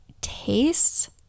tastes